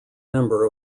member